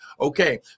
Okay